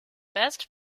best